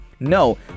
No